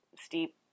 steep